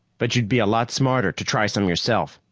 but you'd be a lot smarter to try some yourself,